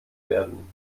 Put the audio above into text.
werden